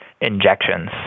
injections